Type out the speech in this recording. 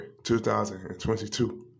2022